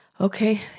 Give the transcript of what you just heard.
Okay